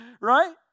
right